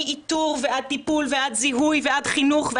מאיתור ועד טיפול ועד זיהוי ועד חינוך,